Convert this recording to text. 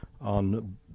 on